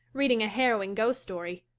reading a harrowing ghost story.